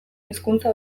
hizkuntza